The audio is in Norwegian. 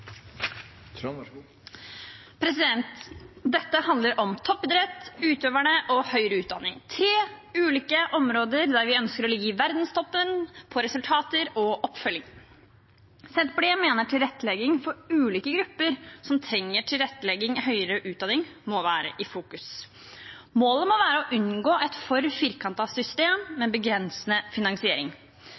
innstilling. Dette handler om toppidrett, utøvere og høyere utdanning, tre ulike områder der vi ønsker å ligge i verdenstoppen på resultater og oppfølging. Senterpartiet mener tilrettelegging for ulike grupper som trenger tilrettelegging i høyere utdanning, må være i fokus. Målet må være å unngå et for firkantet system med begrensende finansiering.